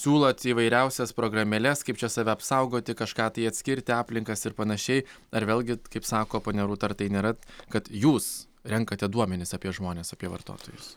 siūlo įvairiausias programėles kaip čia save apsaugoti kažką tai atskirti aplinkas ir panašiai ar vėlgi kaip sako ponia rūta ar tai nėra kad jūs renkate duomenis apie žmones apie vartotojus